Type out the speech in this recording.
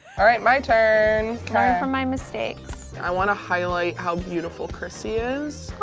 alright, my turn. learn from my mistakes. i want to highlight how beautiful chrissy is.